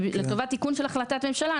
ולטובת תיקון של החלטת ממשלה,